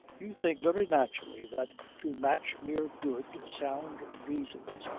you think very naturally that to match mere good, sound reasons,